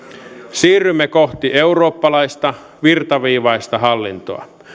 siirrymme kohti eurooppalaista virtaviivaista hallintoa